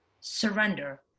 surrender